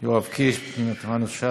יואב קיש, פנינה תמנו,